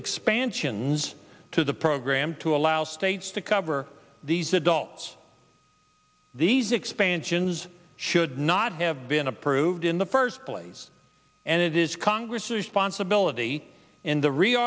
expansions to the program to allow states to cover these adults these expansions should not have been approved in the first place and it is congress's responsibility in the r